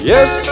Yes